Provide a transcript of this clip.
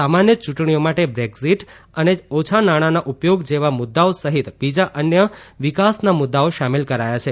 સામાન્ય ચૂંટણીઓ માટે બ્રેકિઝટ અને ઓછા નાણાંના ઉપયોગ જેવા મુદ્દાઓ સહિત બીજા અન્ય વિકાસના મુદ્દાઓ શામેલ કરાયા છે